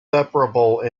separable